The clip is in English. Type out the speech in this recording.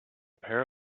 pair